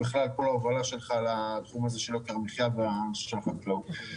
בכלל על כל ההובלה שלך על נושא יוקר המחייה ואנשי החקלאות.